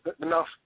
enough